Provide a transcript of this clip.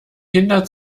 kinder